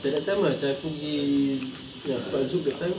macam that time ah macam aku pergi yang aku dekat zouk that time